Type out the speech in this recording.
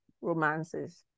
romances